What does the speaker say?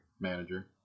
manager